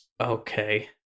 Okay